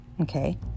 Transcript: Okay